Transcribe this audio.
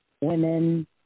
women –